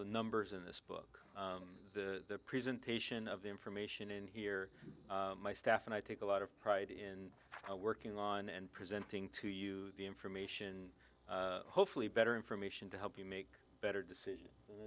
the numbers in this book the presentation of the information in here my staff and i take a lot of pride in working on and presenting to you the information hopefully better information to help you make better decision